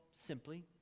simply